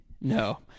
no